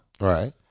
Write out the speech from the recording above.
Right